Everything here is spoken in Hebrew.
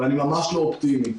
ואני ממש לא אופטימי.